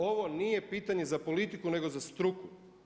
Ovo nije pitanje za politiku nego za struku.